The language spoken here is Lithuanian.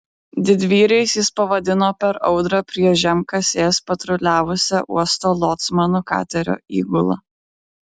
didvyriais jis pavadino per audrą prie žemkasės patruliavusią uosto locmanų katerio įgulą